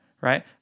right